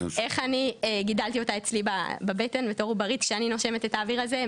איך אני גידלתי אותה אצלי בבטן בתור עוברית כשאני נושמת את האוויר הזה,